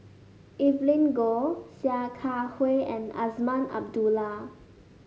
Evelyn Goh Sia Kah Hui and Azman Abdullah